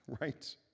right